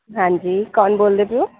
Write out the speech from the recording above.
ਹਾਂਜੀ ਕੌਣ ਬੋਲਦੇ ਪਏ ਹੋ